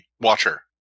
Watcher